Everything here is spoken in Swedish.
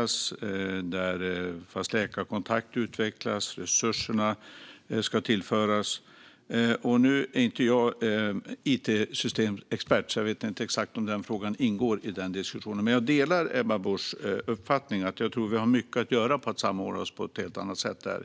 och fast läkarkontakt och om att tillföra resurser. Nu är jag inte it-systemexpert, så jag vet inte exakt om den frågan ingår i den diskussionen, men jag delar Ebba Buschs uppfattning att vi har mycket att vinna på att samordna oss på ett helt annat sätt där.